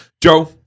Joe